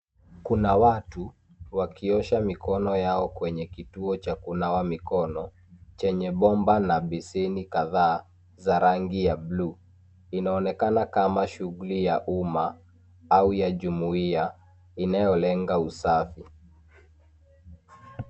Kuna watu wakiosha mikono yao kwenye kituo cha kunawa mikono chenye bomba la beseni kadhaa za rangi ya buluu. Inaonekana kama shuguli ya umma au ya jumuia inayolenga usafi.